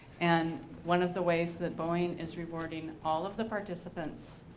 and one of the ways that boeing is rewarding all of the participants,